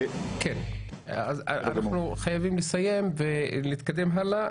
אנחנו חייבים לסיים ולהתקדם הלאה.